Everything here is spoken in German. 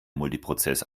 multiprozess